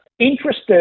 interested